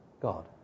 God